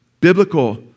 biblical